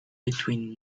between